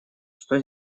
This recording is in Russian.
что